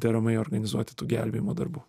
deramai organizuoti tų gelbėjimo darbų